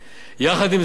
יחד עם זאת,